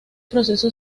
proceso